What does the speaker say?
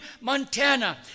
Montana